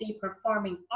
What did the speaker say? performing